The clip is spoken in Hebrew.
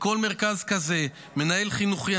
בכל מרכז כזה מנהל חינוכי,